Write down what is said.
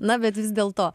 na bet vis dėl to